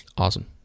awesome